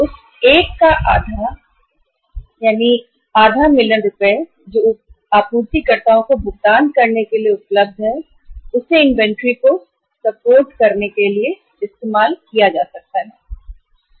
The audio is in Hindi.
उस 1 मिलियन रुपये का आधा जो कि आपूर्तिकर्ताओं को भुगतान करने के लिए उपलब्ध है और जो आविष्कारों का समर्थन करने के लिए इस्तेमाल किया जा सकता है